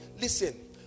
listen